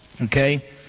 Okay